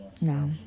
No